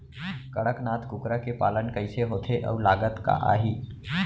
कड़कनाथ कुकरा के पालन कइसे होथे अऊ लागत का आही?